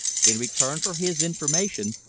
in return for his information,